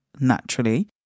naturally